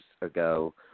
ago